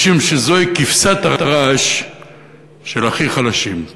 משום שזוהי כבשת הרש של הכי חלשים.